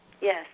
Yes